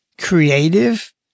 creative